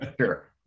Sure